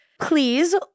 please